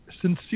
sincere